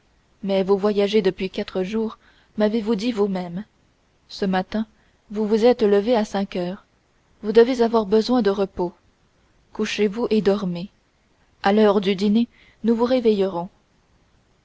mais vous voyagez depuis quatre jours m'avez-vous dit vous-même ce matin vous vous êtes levée à cinq heures vous devez avoir besoin de repos couchez-vous et dormez à l'heure du dîner nous vous réveillerons